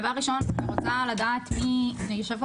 דבר ראשון אני רוצה לדעת מי יושב פה